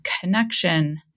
connection